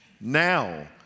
now